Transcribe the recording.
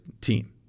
team